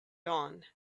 dawn